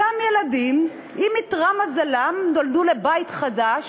אותם ילדים, אם לא איתרע מזלם, נולדו לבית חדש,